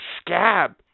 scab